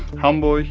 hamburg,